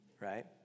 Right